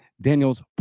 Daniels